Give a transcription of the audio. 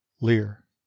Lear